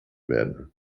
werden